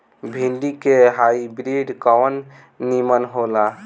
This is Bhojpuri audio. भिन्डी के हाइब्रिड कवन नीमन हो ला?